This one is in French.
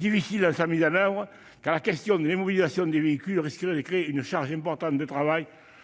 Il serait difficile de la mettre en oeuvre, car la question de l'immobilisation des véhicules risquerait de créer une surcharge importante de travail